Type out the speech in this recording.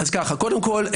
קודם כל,